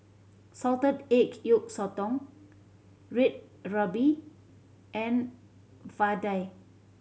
salted age yolk sotong Red Ruby and vadai